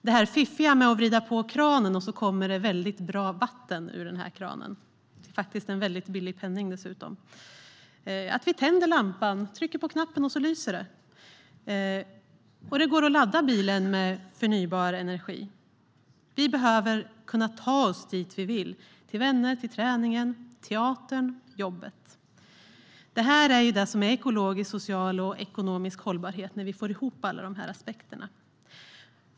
Det är fiffigt att bara kunna vrida på kranen för att det ska komma bra vatten ur den, dessutom till en väldigt billig penning. När vi trycker på knappen lyser lampan. Det går att ladda bilen med förnybar energi. Vi behöver kunna ta oss dit vi vill, till vänner, till träningen, till teatern och till jobbet. Det är ekologisk, social och ekonomisk hållbarhet när vi får ihop alla dessa aspekter.